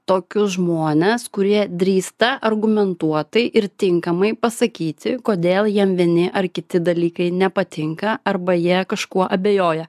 tokius žmones kurie drįsta argumentuotai ir tinkamai pasakyti kodėl jiem vieni ar kiti dalykai nepatinka arba jie kažkuo abejoja